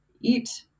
eat